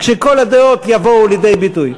כשכל הדעות יבואו לידי ביטוי.